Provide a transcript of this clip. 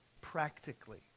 practically